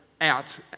out